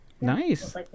Nice